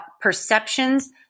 perceptions